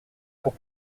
pour